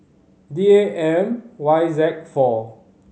D A M Y Z four